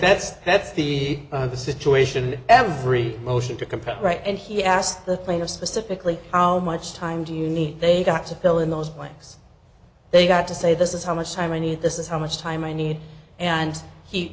that's it that's that's the situation every motion to compel right and he asked the plaintiff specifically how much time do you need they got to fill in those blanks they got to say this is how much time i need this is how much time i need and he